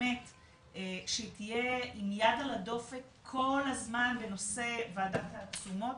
באמת שהיא תהיה עם יד על הדופק כל הזמן בנושא וועדת התשומות,